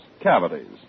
Cavities